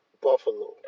Buffalo